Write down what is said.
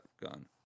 gun